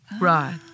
Right